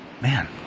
man